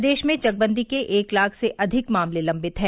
प्रदेश में चकबंदी के एक लाख से अधिक मामले लंबित हैं